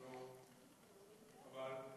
אבל?